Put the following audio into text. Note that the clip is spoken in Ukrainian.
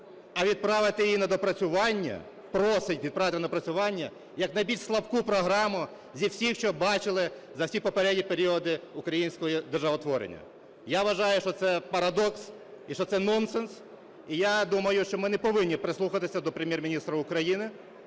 а відправити її на доопрацювання, просить відправити на доопрацювання як найбільш слабку програму зі всіх, що бачили за всі попередні періоди українського державотворення. Я вважаю, що це парадокс і що це нонсенс, і я думаю, що ми не повинні прислухатися до Прем’єр-міністра України,